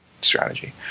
strategy